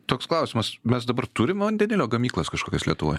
toks klausimas mes dabar turim vandenilio gamyklas kažkokias lietuvoj